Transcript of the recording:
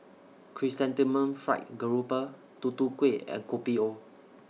Chrysanthemum Fried Grouper Tutu Kueh and Kopi O